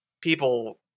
people